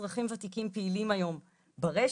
אזרחים ותיקים פעילים היום ברשת,